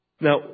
Now